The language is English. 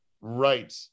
Right